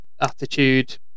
attitude